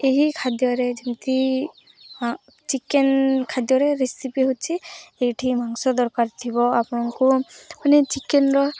ଏହି ଖାଦ୍ୟ ରେ ଯେମିତି ଚିକେନ୍ ଖାଦ୍ୟରେ ରେସିପି ହେଉଛି ଏଇଠି ମାଂସ ଦରକାର ଥିବ ଆପଣଙ୍କୁ ମାନେ ଚିକେନ୍ର